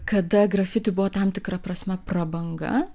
kada grafiti buvo tam tikra prasme prabanga